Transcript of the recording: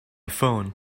phone